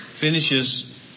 finishes